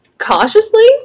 cautiously